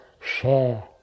share